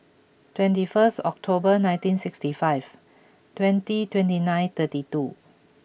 twenty first October nineteen sixty five twenty twenty nine thirty two